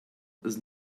was